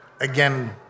Again